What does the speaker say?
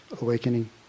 awakening